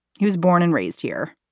he was born and raised here.